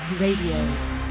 Radio